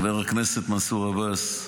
חבר הכנסת מנסור עבאס,